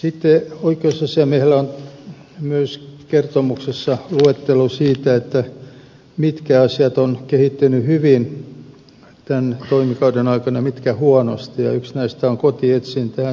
oikeusasiamiehellä on kertomuksessaan myös luettelo siitä mitkä asiat ovat kehittyneet hyvin tämän toimikauden aikana ja mitkä huonosti ja yksi näistä on kotietsintä